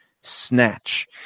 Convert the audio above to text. snatch